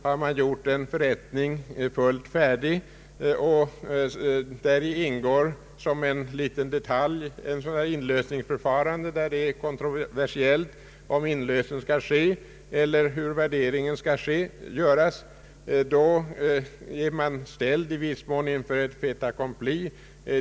Har man gjort en större förrättning fullt färdig och däri ingår som en liten detalj inlösningsförfarande, där det är kontroversiellt huruvida inlösen skall ske eller hur värderingen skall göras, då är man i praktiken ofta ställd inför ett fait accompli.